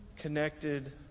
connected